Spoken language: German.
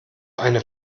eine